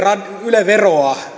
yle veroa